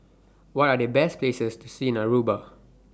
What Are The Best Places to See in Aruba